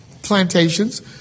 Plantations